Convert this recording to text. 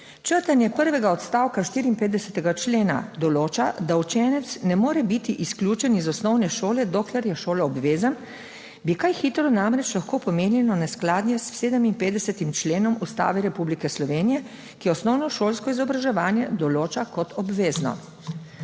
Črtanje prvega odstavka 54. člena določa, da učenec ne more biti izključen iz osnovne šole, dokler je šoloobvezen, bi kaj hitro namreč lahko pomenilo neskladje s 57. členom Ustave Republike Slovenije, ki osnovnošolsko izobraževanje določa kot obvezno.